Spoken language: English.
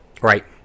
Right